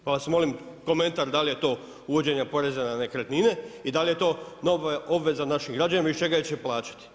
Pa vas molim, komentar, da li je to uvođenja poreza na nekretnine i da li je to nova obveza naših građana iz čega će plaćati.